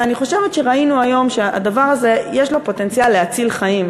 ואני חושבת שראינו היום שהדבר הזה יש לו פוטנציאל להציל חיים,